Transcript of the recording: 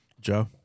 Joe